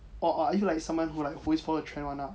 or or you are someone who like who is want to like try one up